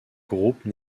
groupe